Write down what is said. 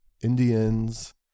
Indians